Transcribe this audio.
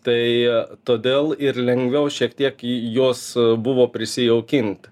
tai todėl ir lengviau šiek tiek į jos buvo prisijaukint